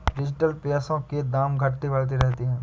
digital पैसों के दाम घटते बढ़ते रहते हैं